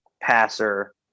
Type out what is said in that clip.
passer